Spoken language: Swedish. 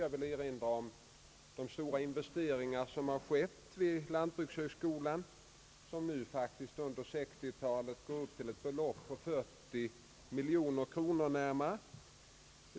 Jag vill erinra om de stora investeringar som gjorts vid lantbrukshögskolan och som faktiskt under 60-talet går på närmare 40 miljoner kronor.